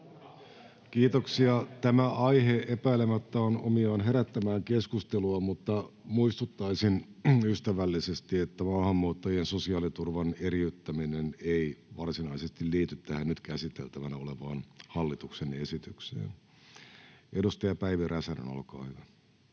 Kiitoksia. — Tämä aihe epäilemättä on omiaan herättämään keskustelua, mutta muistuttaisin ystävällisesti, että maahanmuuttajien sosiaaliturvan eriyttäminen ei varsinaisesti liity tähän nyt käsiteltävänä olevaan hallituksen esitykseen. — Edustaja Päivi Räsänen, olkaa hyvä.